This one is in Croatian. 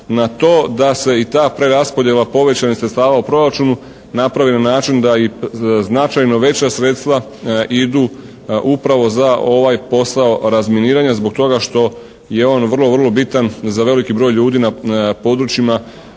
na to da se i ta preraspodjela povećanih sredstava u Proračunu napravi na način da i značajno veća sredstva idu upravo za ovaj posao razminiranja zbog toga što je on vrlo, vrlo bitan za veliki broj ljudi na područjima